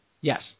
Yes